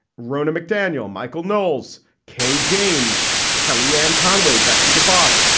rhona mcdaniel, michael knowles, kay james, kellyanne conway, betsy divorce,